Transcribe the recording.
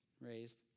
raised